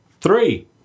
Three